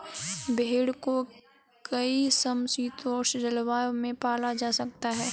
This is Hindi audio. भेड़ को कई समशीतोष्ण जलवायु में पाला जा सकता है